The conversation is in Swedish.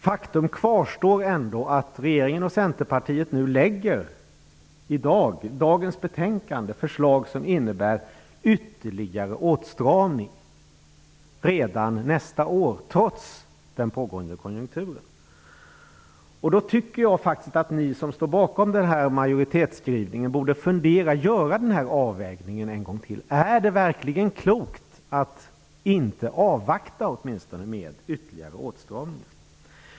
Faktum kvarstår ändå, regeringen och Centerpartiet för genom dagens betänkande fram förslag som innebär ytterligare åtstramning redan nästa år, trots den pågående lågkonjunkturen. Då tycker jag faktiskt att ni som står bakom majoritetsskrivningen borde fundera över att göra den här avvägningen en gång till. Är det verkligen klokt att inte åtminstone avvakta med ytterligare åtstramningar?